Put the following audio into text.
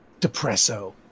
Depresso